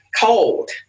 cold